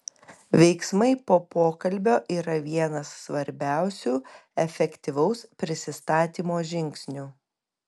veiksmai po pokalbio yra vienas svarbiausių efektyvaus prisistatymo žingsnių